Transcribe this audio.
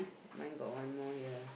mine got one more here